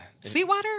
Sweetwater